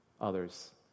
others